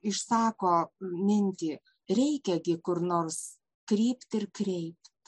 išsako mintį reikia gi kur nors krypti ir kreipt